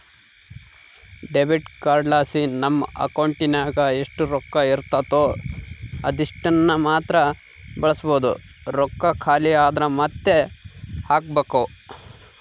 debit ಕಾರ್ಡ್ಲಾಸಿ ನಮ್ ಅಕೌಂಟಿನಾಗ ಎಷ್ಟು ರೊಕ್ಕ ಇರ್ತತೋ ಅದೀಟನ್ನಮಾತ್ರ ಬಳಸ್ಬೋದು, ರೊಕ್ಕ ಖಾಲಿ ಆದ್ರ ಮಾತ್ತೆ ಹಾಕ್ಬಕು